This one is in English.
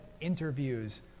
interviews